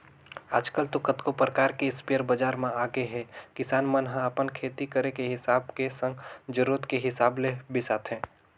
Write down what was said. आजकल तो कतको परकार के इस्पेयर बजार म आगेहे किसान मन ह अपन खेती करे के हिसाब के संग जरुरत के हिसाब ले बिसाथे